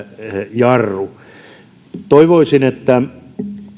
jarru toivoisin että